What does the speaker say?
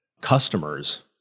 customers